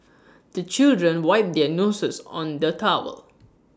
the children wipe their noses on the towel